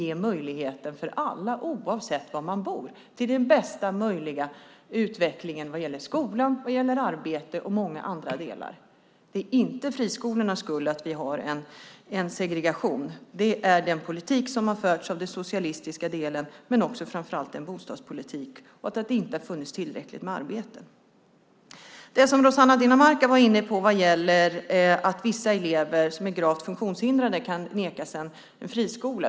Vi vill ge alla, oavsett var man bor, tillgång till den bästa möjliga utvecklingen när det gäller skolan, arbete och många andra saker. Det beror inte på friskolorna att vi har en segregation, utan det beror på den politik som har förts av de socialistiska partierna. Det beror framför allt på bostadspolitiken och på att det inte har funnits tillräckligt med arbeten. Rossana Dinamarca var inne på att vissa elever som är gravt funktionshindrade kan nekas att gå i en friskola.